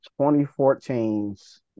2014's